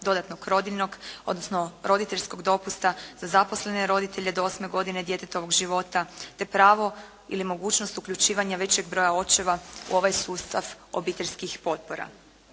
dodatnog rodiljnog, odnosno roditeljskog dopusta za zaposlene roditelje do 8 godine djetetovog života, te pravo ili mogućnost uključivanja većeg broja očeva u ovaj sustav obiteljskih potpora.